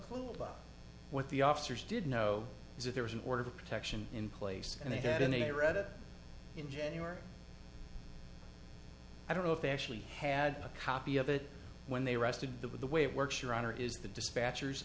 clue about what the officers did know is that there was an order of protection in place and they had and they read it in january i don't know if they actually had a copy of it when they arrested the with the way it works your honor is the dispatchers